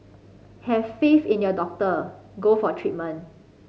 have faith in your doctor go for treatment